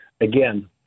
again